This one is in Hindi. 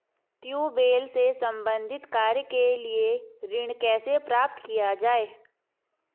ट्यूबेल से संबंधित कार्य के लिए ऋण कैसे प्राप्त किया जाए?